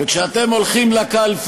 אתה חושב